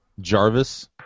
Jarvis